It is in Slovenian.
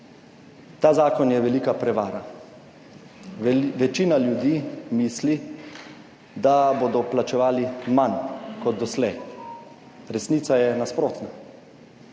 Ta zakon je velika prevara. Večina ljudi misli, da bodo plačevali manj kot doslej, resnica je nasprotna.